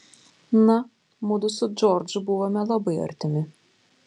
na mudu su džordžu buvome labai artimi